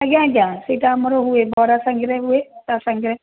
ଆଜ୍ଞା ଆଜ୍ଞା ସେଇଟା ଆମର ହୁଏ ବରା ସାଙ୍ଗରେ ହୁଏ ତା ସାଙ୍ଗରେ